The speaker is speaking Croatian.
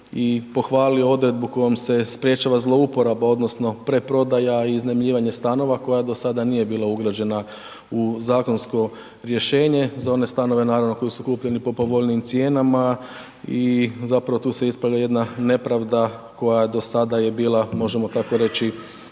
i pohvalio odredbu kojom se sprječava zlouporaba odnosno preprodaja i iznajmljivanje stanova koja do sada nije bila ugrađena u zakonsko rješenje, za one stanove naravno koji su kupljeni po povoljnijim cijenama i zapravo tu se ispravlja jedna nepravda koja do sada je bila, možemo tako reći,